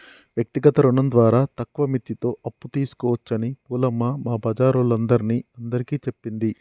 వ్యక్తిగత రుణం ద్వారా తక్కువ మిత్తితో అప్పు తీసుకోవచ్చని పూలమ్మ మా బజారోల్లందరిని అందరికీ చెప్పింది